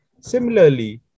Similarly